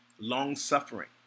Long-suffering